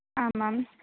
आमां